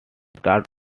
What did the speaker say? starts